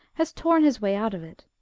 has torn his way out of it.